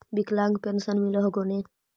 विकलांग पेन्शन मिल हको ने?